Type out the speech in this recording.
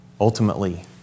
ultimately